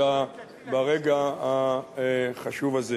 ברגע החשוב הזה.